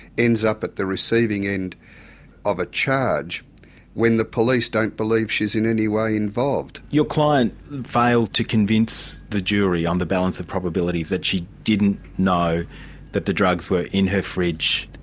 ends up at the receiving end of a charge when the police don't believe she's in any way involved. your client failed to convince the jury on the balance of probabilities that she didn't know that the drugs were in her fridge,